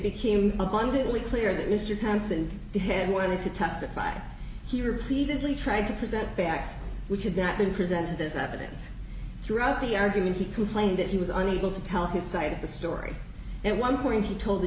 became abundantly clear that mr townson the head wanted to testify he repeatedly tried to present facts which had not been presented as evidence throughout the argument he complained that he was unable to tell his side of the story and one point he told the